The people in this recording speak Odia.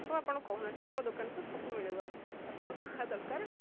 ହଁ ଆପଣ କହୁନାହାନ୍ତି ଆମ ଦୋକାନରେ ତ ସବୁ ମିଳିବ ଆପଣଙ୍କ ଯାହା ଦରକାର